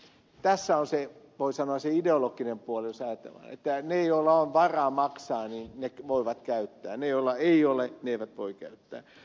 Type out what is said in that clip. tässä on voi sanoa se ideologinen puoli jos ajatellaan että ne joilla on varaa maksaa voivat käyttää ja ne joilla ei ole eivät voi käyttää